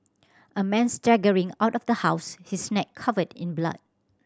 a man staggering out of the house his neck covered in blood